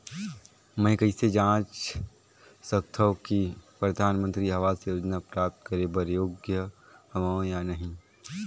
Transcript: मैं कइसे जांच सकथव कि मैं परधानमंतरी आवास योजना प्राप्त करे बर योग्य हववं या नहीं?